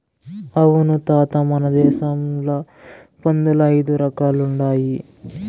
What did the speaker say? అవును తాత మన దేశంల పందుల్ల ఐదు రకాలుండాయి